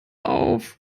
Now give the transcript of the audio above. auf